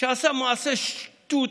שעשה מעשה שטות.